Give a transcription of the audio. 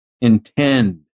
intend